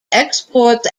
exports